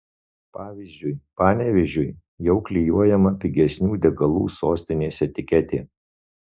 pavyzdžiui panevėžiui jau klijuojama pigesnių degalų sostinės etiketė